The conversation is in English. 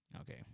Okay